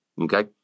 Okay